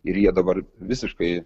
ir jie dabar visiškai